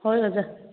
ꯍꯣꯏ ꯑꯣꯖꯥ